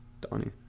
Donnie